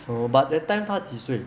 so but that time 他几岁